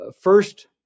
first